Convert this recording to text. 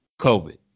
COVID